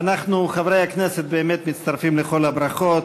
אנחנו, חברי הכנסת, באמת מצטרפים לכל הברכות.